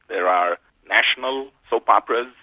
there are national soap operas,